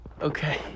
Okay